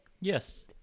Yes